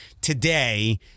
today